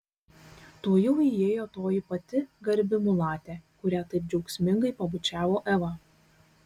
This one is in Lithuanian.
tuojau įėjo toji pati garbi mulatė kurią taip džiaugsmingai pabučiavo eva